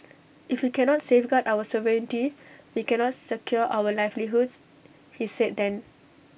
if we cannot safeguard our sovereignty we cannot secure our livelihoods he said then